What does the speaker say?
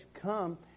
Come